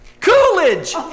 Coolidge